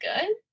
good